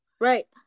Right